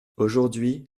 aujourd’hui